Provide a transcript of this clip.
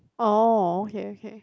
oh okay okay